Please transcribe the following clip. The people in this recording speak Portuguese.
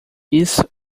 isso